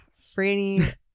Franny